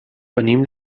venim